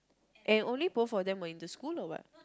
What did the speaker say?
and only both of them were in the school or what